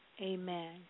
Amen